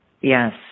Yes